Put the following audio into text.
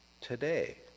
today